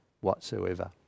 whatsoever